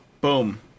boom